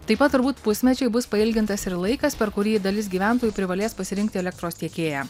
taip pat turbūt pusmečiui bus pailgintas ir laikas per kurį dalis gyventojų privalės pasirinkti elektros tiekėją